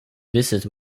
visit